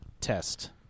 test